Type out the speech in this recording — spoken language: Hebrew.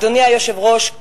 אדוני היושב-ראש,